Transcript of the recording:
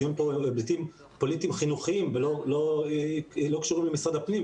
הדיון פה הוא על היבטים פוליטיים-חינוכיים ולא קשורים למשרד הפנים,